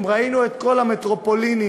אם ראינו שמכל המטרופולינים